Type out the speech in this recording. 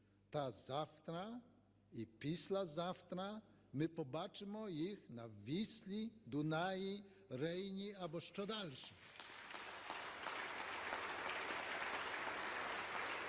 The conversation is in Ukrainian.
то завтра і післязавтра ми побачимо їх на Віслі, Дунаї, Рейні або ще дальше.